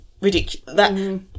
ridiculous